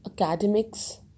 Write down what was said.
academics